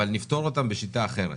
אבל נפתור אותן בשיטה אחרת.